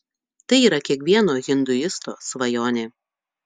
tai yra kiekvieno hinduisto svajonė